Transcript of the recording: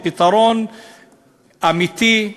ופתרון אמיתי,